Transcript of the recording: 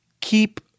keep